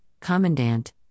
Commandant